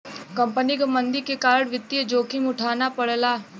company क मंदी के कारण वित्तीय जोखिम उठाना पड़ला